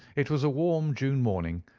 it was a warm june morning,